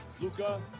Luca